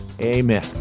amen